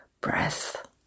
breath